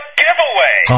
giveaway